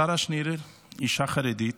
שרה שנירר, אישה חרדית